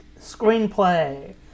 screenplay